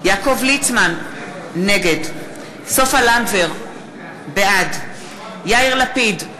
יעקב ליצמן, נגד סופה לנדבר, בעד יאיר לפיד,